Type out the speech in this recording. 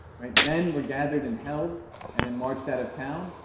right? men were gathered and held and then marched out of town,